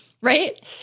right